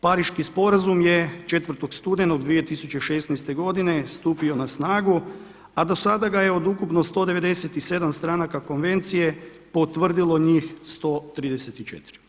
Pariški sporazum je 4. studenog 2016. godine stupio na snagu, a do sada ga je od ukupno 197 stranaka konvencije potvrdilo njih 134.